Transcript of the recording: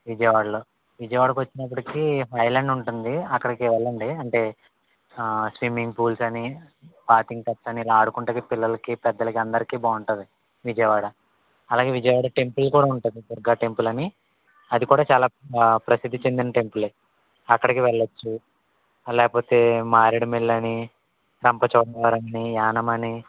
విజయవాడలో విజయవాడ వచ్చినప్పటికీ హై లాండ్ ఉంటుంది అక్కడికి వెళ్ళండి అంటే స్విమ్మింగ్ పూల్స్ అని ఇలా ఆడుకోవటానికి పిల్లలకి పెద్దలకి అందరికి బాగుంటది విజయవాడ అలాగే విజయవాడ టెంపుల్ కూడ ఉంటది దుర్గా టెంపుల్ అని అది కూడ చాలా ప్రసిద్ధి చెందిన టెంపుల్ అక్కడికి వెళ్లచ్చు లేకపోతే మారేడుమిల్లి అని రంపచోడవరం అని యానం అని